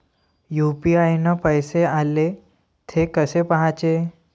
UPI न पैसे आले, थे कसे पाहाचे?